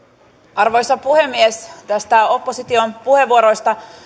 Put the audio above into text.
arvoisa puhemies näistä opposition puheenvuoroista